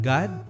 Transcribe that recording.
God